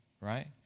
Right